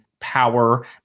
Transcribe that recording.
power